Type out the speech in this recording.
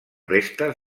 restes